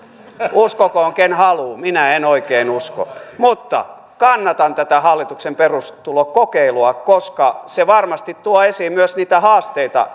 uskokoon ken haluaa minä en oikein usko mutta kannatan tätä hallituksen perustulokokeilua koska se varmasti tuo esiin myös niitä haasteita